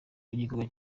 y’igikorwa